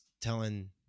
telling